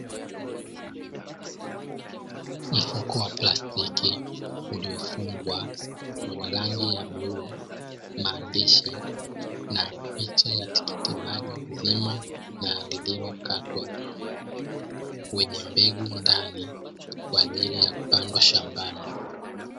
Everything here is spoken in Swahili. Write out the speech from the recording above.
Mfuko wa plastiki uliofungwa, wenye rangi ya bluu, maandishi na picha ya tikitimaji zima na lililokatwa, wenye mbegu ndani kwa ajili ya kupandwa shambani.